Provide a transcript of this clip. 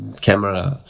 camera